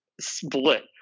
split